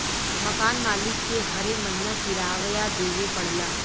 मकान मालिक के हरे महीना किराया देवे पड़ऽला